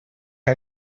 que